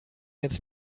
jetzt